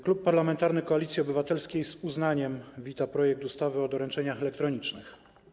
Klub Parlamentarny Koalicji Obywatelskiej z uznaniem wita projekt ustawy o doręczeniach elektronicznych.